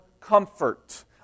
comfort